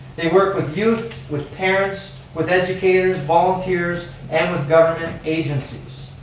they work with youth, with parents, with educators, volunteers, and with government agencies.